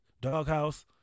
Doghouse